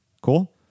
cool